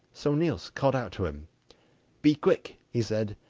so niels called out to him be quick he said,